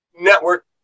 network